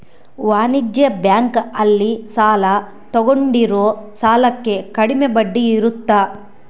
ವಾಣಿಜ್ಯ ಬ್ಯಾಂಕ್ ಅಲ್ಲಿ ಸಾಲ ತಗೊಂಡಿರೋ ಸಾಲಕ್ಕೆ ಕಡಮೆ ಬಡ್ಡಿ ಇರುತ್ತ